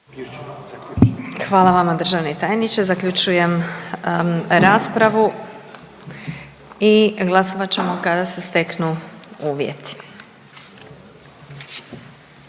Hvala vama državni tajniče. Zaključujem raspravu i glasovat ćemo kada se steknu uvjeti.